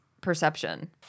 perception